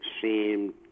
seemed